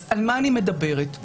על מה אני מדברת?